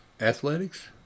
Athletics